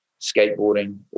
skateboarding